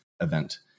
Event